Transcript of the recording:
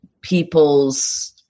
people's